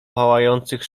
pałających